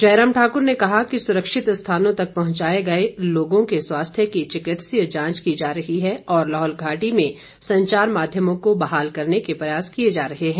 जयराम ठाकुर ने कहा कि सुरक्षित स्थानों तक पहुंचाए गए लोगों के स्वास्थ्य की चिकित्सीय जांच की जा रही है और लाहौल घाटी में संचार माध्यमों को बहाल करने के प्रयास किए जा रहे हैं